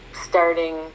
Starting